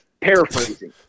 paraphrasing